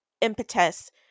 impetus